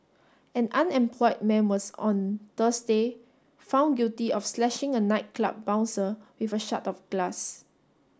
an unemployed man was on Thursday found guilty of slashing a nightclub bouncer with a shard of glass